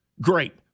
Great